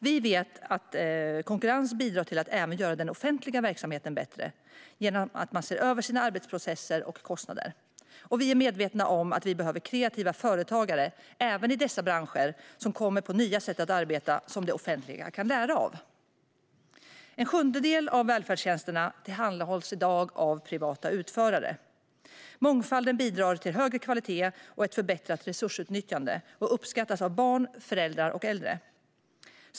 Vi vet att konkurrens bidrar till att även den offentliga verksamheten blir bättre, genom att man ser över sina arbetsprocesser och kostnader. Och vi är medvetna om att det även i dessa branscher behövs kreativa företagare, som kommer på nya sätt att arbeta och som det offentliga kan lära av. En sjundedel av välfärdstjänsterna tillhandahålls i dag av privata utförare. Mångfalden bidrar till högre kvalitet och ett förbättrat resursutnyttjande och uppskattas av barn, föräldrar och äldre.